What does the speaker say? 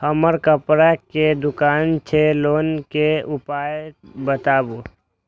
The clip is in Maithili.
हमर कपड़ा के दुकान छै लोन के उपाय बताबू?